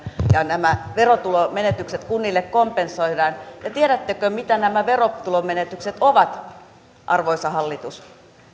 ja nämä verotulomenetykset kunnille kompensoidaan ja tiedättekö mitä nämä verotulomenetykset ovat arvoisa hallitus